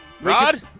Rod